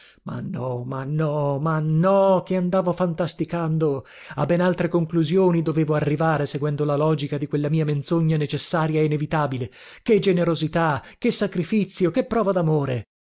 ma no ma no ma no che andavo fantasticando a ben altre conclusioni dovevo arrivare seguendo la logica di quella mia menzogna necessaria e inevitabile che generosità che sacrifizio che prova